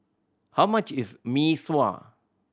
how much is Mee Sua